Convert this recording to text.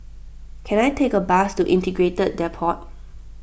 can I take a bus to Integrated Depot